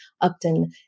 Upton